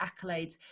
accolades